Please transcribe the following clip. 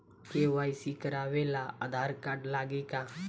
KYC करावे ला Aadhaar card लागी का?